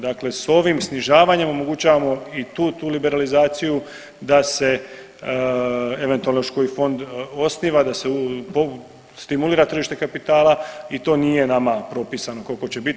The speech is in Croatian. Dakle, sa ovim snižavanjem omogućavamo i tu liberalizaciju da se eventualno još koji fond osniva da se stimulira tržište kapitala i to nije nama propisano koliko će bit.